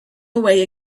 away